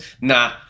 nah